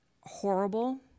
horrible